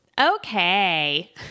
Okay